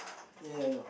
ya ya I know